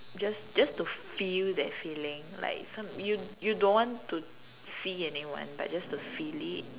just just to feel that feeling like some you you don't want to see anyone but just to feel it